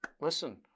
listen